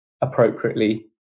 appropriately